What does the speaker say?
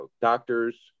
doctors